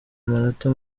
amanota